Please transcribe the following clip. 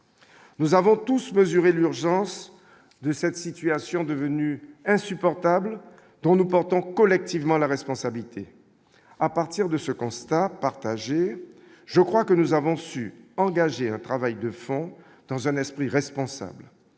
Nous avons tous mesuré l'urgence de cette situation devenue insupportable dont nous portons collectivement la responsabilité, à partir de ce constat partagé, je crois que nous avons su engager un travail de fond dans un esprit irresponsable